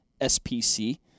SPC